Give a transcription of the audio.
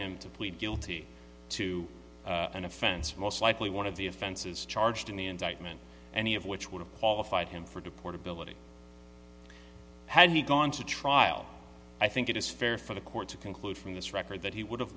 him to plead guilty to an offense most likely one of the offenses charged in the indictment any of which would have qualified him for the portability had he gone to trial i think it is fair for the court to conclude from this record that he would have